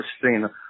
Christina